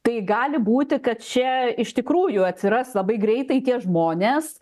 tai gali būti kad čia iš tikrųjų atsiras labai greitai tie žmonės